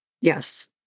Yes